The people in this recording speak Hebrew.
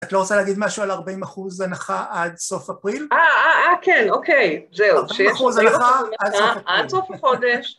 את לא רוצה להגיד משהו על 40% הנחה עד סוף אפריל? - אה אה אה, כן, אוקיי, זהו. - 40% הנחה עד סוף אפריל. - יש 40% הנחה, עד סוף החודש...